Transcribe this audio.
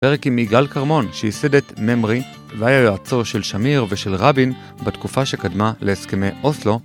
פרק עם יגאל כרמון שייסד את ממרי והיה יועצו של שמיר ושל רבין בתקופה שקדמה להסכמי אוסלו